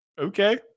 Okay